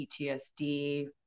PTSD